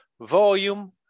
volume